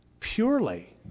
purely